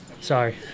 Sorry